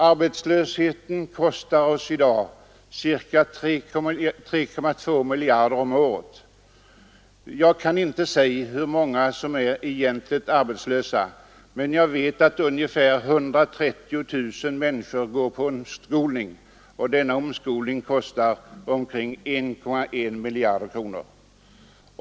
Arbetslösheten kostar oss i dag ca 3,2 miljarder kronor om året. Jag kan inte säga hur många som är egentligt arbetslösa, men jag vet att ungefär 130 000 människor går på omskolning. Denna omskolning kostar omkring 1,1 miljarder kronor.